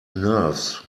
nerves